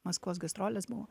maskvos gastrolės buvo